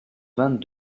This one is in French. vingt